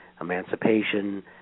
emancipation